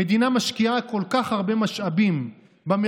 המדינה משקיעה כל כך הרבה משאבים במרכז,